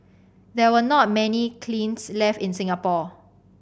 there were not many kilns left in Singapore